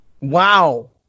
Wow